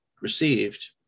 received